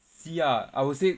see ah I would say